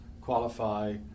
qualify